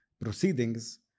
proceedings